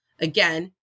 again